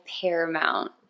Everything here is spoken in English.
paramount